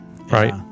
right